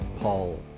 Paul